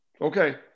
Okay